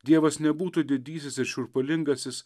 dievas nebūtų didysis ir šiurpulingasis